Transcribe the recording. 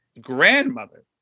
grandmother